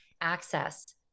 access